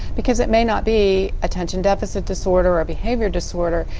because it may not be attention deficit disorder or behavior disorder.